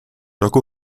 roku